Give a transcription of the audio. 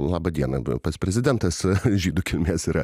laba diena pats prezidentas žydų kilmės yra